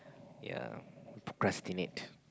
yea procrastinate